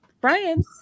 Brian